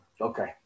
Okay